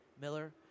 Miller